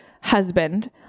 husband